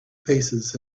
paces